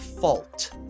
Fault